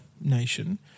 nation